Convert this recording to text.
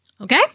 Okay